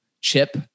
chip